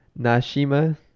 nashima